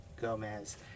Gomez